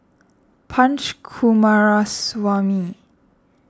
Punch Coomaraswamy